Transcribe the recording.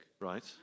Right